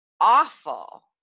awful